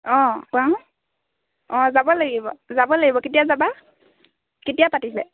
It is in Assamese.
অঁ কোৱাচোন অঁ যাব লাগিব যাব লাগিব কেতিয়া যাবা কেতিয়া পাতিছে